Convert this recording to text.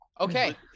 okay